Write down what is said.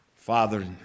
Father